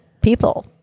people